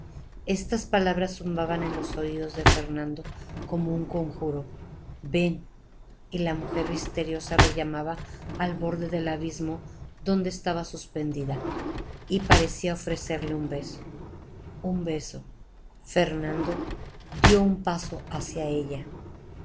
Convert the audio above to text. estas palabras zumbaban en los oídos de fernando como un conjuro ven y la mujer misteriosa le llamaba al borde del abismo donde estaba suspendida y parecía ofrecerle un beso un beso fernando dió un paso hacia ella